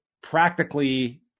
practically